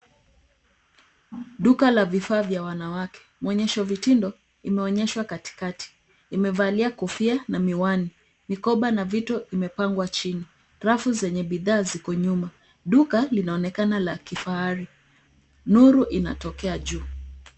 Duka la vifaa vya wanawake. Muonyesha mitindo inaonyesha katikati. Imevalia kofia na miwani. Mikoba na viti imepangwa chini. Rafu zenye bidhaa ziko nyuma. Duka linaonekana la kifahari. Nuru inatokea juu.